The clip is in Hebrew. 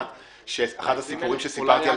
מע"מ.